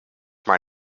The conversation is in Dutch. maar